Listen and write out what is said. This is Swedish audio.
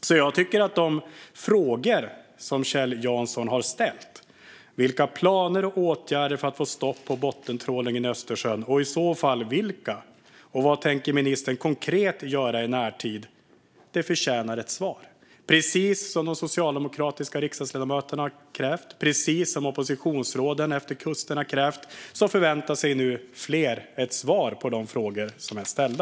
Jag tycker därför att de frågor som Kjell Jansson har ställt om vilka planer och åtgärder som finns för att få stopp på bottentrålningen och vad ministern konkret tänker göra i närtid förtjänar ett svar. Detta har de socialdemokratiska riksdagsledamöterna och oppositionsråden utefter kusterna också krävt. Fler förväntar sig alltså svar på de frågor som är ställda.